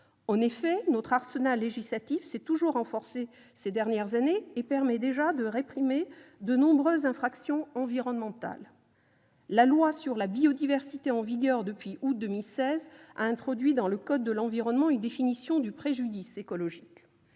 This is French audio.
Notre arsenal législatif s'est beaucoup renforcé ces dernières années et permet déjà de réprimer nombre de ces infractions. La loi sur la biodiversité en vigueur depuis août 2016 a introduit dans le code de l'environnement une définition du préjudice écologique.